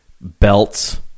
Belts